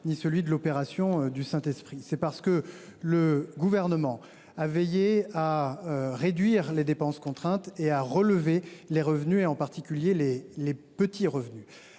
ni celui de l’opération du Saint Esprit. C’est parce que le Gouvernement a veillé à réduire les dépenses contraintes et à relever les revenus, en particulier les petits revenus.